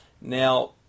Now